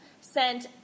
sent